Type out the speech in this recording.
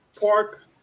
park